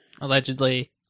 allegedly